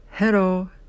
Hello